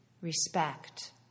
respect